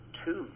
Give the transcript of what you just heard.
two